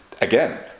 again